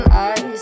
eyes